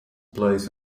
plays